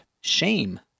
shame